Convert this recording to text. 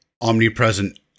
omnipresent